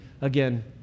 again